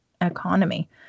economy